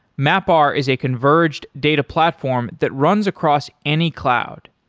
mapr is a converged data platform that runs across any cloud.